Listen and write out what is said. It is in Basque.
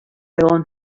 egon